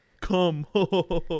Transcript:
Come